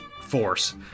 force